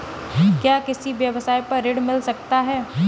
क्या किसी व्यवसाय पर ऋण मिल सकता है?